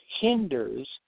hinders